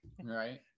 Right